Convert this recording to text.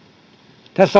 tässä